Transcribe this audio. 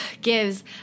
gives